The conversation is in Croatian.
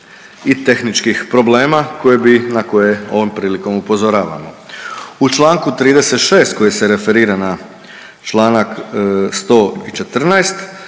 i tehničkih problema koje bi, na koje ovom prilikom upozoravamo. U Članku 36. koji se referira na Članak 114.,